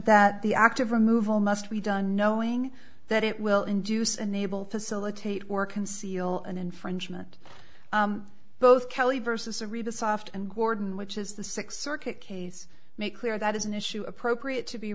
that the act of removal must be done knowing that it will induce enable facilitate or conceal an infringement both kelly versus aruba soft and gordon which is the six circuit case make clear that is an issue appropriate to be